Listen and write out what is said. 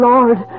Lord